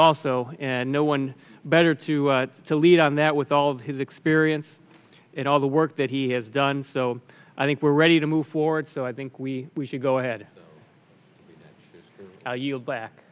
also and no one better to to lead on that with all of his experience and all the work that he has done so i think we're ready to move forward so i think we should go ahead